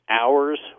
hours